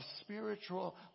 spiritual